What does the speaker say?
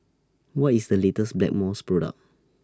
What IS The latest Blackmores Product